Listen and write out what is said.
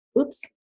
Oops